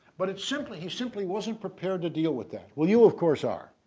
but it's simply. he simply wasn't prepared to deal with that. well you of course are,